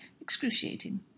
excruciating